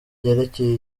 ryerekeye